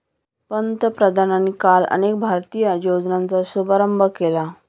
पंतप्रधानांनी काल अनेक भारतीय योजनांचा शुभारंभ केला